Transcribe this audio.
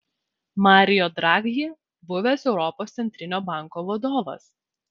mario draghi buvęs europos centrinio banko vadovas